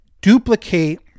duplicate